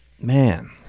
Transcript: Man